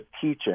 teaching